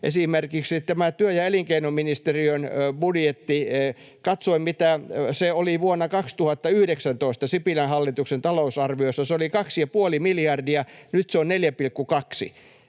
Esimerkiksi työ- ja elinkeinoministeriön budjetti: katsoin, mitä se oli vuonna 2019 Sipilän hallituksen talousarviossa, ja se oli 2,5 miljardia, kun nyt se on 4,2.